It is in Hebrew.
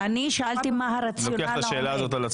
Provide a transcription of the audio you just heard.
אוקיי, לוקח את השאלה הזאת על עצמי.